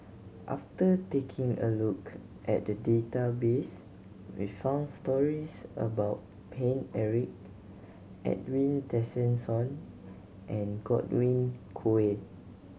after taking a look at the database we found stories about Paine Eric Edwin Tessensohn and Godwin Koay